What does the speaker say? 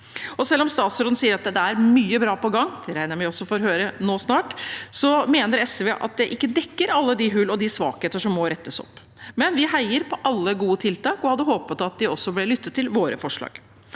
Selv om statsråden sier at det er mye bra på gang – det regner jeg med at vi får høre nå snart – mener SV at det ikke dekker alle de hull og svakheter som må rettes opp. Vi heier på alle gode tiltak, men hadde håpet at det også ble lyttet til våre forslag.